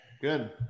Good